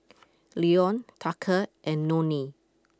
Leone Tucker and Nonie